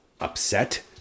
Upset